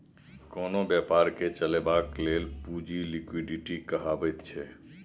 कोनो बेपारकेँ चलेबाक लेल पुंजी लिक्विडिटी कहाबैत छै